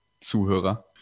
Zuhörer